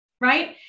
Right